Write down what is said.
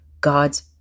God's